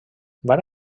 van